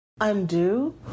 undo